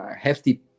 hefty